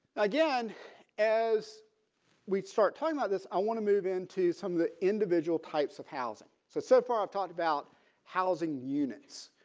again as we start talking about this i want to move into some of the individual types of housing. so so far i've talked about housing units.